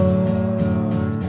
Lord